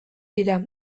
dira